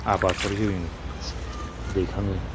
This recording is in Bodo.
आबादखौ जोङो दैखाङो